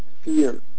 fear